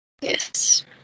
Yes